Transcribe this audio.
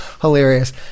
Hilarious